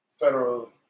federal